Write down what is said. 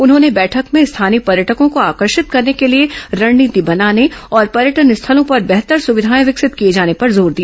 उन्होंने बैठक में स्थानीय पर्यटकों को आकर्षित करने के लिए रणनीति बनाने और पर्यटन स्थलों पर बेहतर सुविधाएं विकसित किए जाने पर जोर दिया